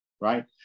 right